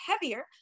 heavier